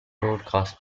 broadcast